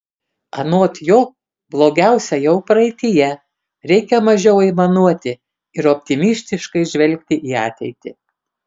anot jo blogiausia jau praeityje reikia mažiau aimanuoti ir optimistiškai žvelgti į ateitį